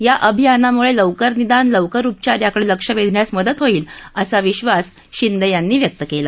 या अभियानामुळे लवकर निदान लवकर उपचार याकडे लक्ष वेधण्यास मदत होईल असा विश्वास शिंदे यांनी व्यक्त केला